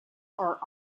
are